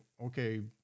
okay